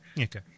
Okay